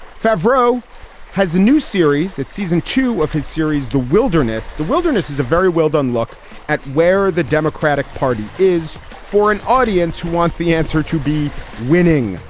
favro has a new series. it's season two of his series, the wilderness the wilderness is a very well-done look at where the democratic party is for an audience who wants the answer to be winning.